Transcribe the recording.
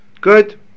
Good